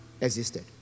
existed